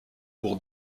pour